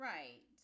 Right